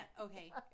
Okay